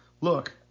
Look